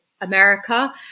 America